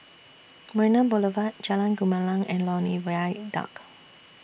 Marina Boulevard Jalan Gumilang and Lornie Viaduct